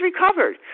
recovered